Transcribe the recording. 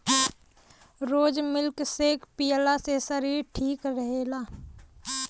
रोज milk shake पियला से शरीर ठीक रहेला